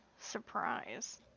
Surprise